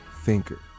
thinker